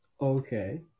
Okay